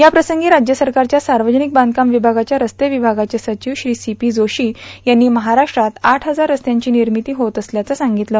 याप्रसंगी राज्य सरकारच्या सार्वजनिक बांधकाम विभागाच्या रस्ते विभागाचे सचिव श्री सी पी जोशी यांनी महाराष्ट्रात आठ हजार रस्त्यांची निर्मिती होत असल्याचं याप्रसंगी सांगितलं